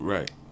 Right